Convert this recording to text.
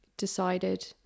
decided